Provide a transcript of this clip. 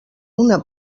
una